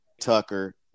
Tucker